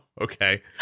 Okay